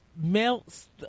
melts